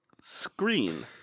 screen